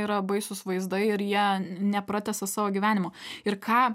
yra baisūs vaizdai ir jie nepratęsia savo gyvenimo ir ką